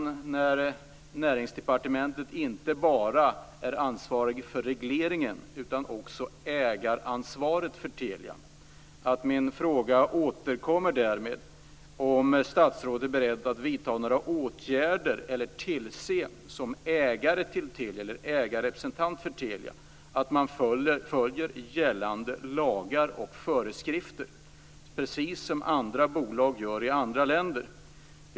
Näringsdepartementet är inte bara ansvarigt för regleringen utan har också ägaransvaret för Telia. Min fråga återkommer därmed. Är statsrådet beredd att vidta några åtgärder eller beredd att som ägarrepresentant för Telia tillse att man följer gällande lagar och föreskrifter precis som andra bolag gör i andra länder?